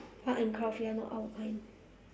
art and craft ya not our kind